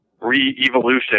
re-evolution